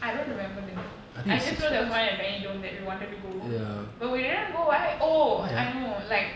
I don't remember the name I just know there was one at benny dome that we wanted to go but we didn't go why oh I know like